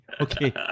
Okay